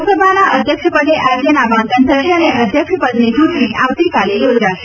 લોકસભાના અધ્યક્ષ પદે આજે નામાંકન થશે અને અધ્યક્ષ પદની ચૂંટણી આવતીકાલે યોજાશે